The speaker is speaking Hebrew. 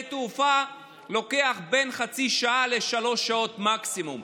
תעופה היא בין חצי שעה לשלוש שעות מקסימום,